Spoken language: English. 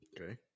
Okay